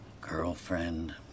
girlfriend